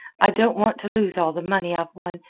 i don't want to lose all the money i've won,